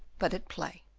but at play.